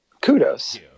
Kudos